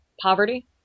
poverty